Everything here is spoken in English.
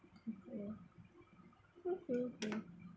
true okay okay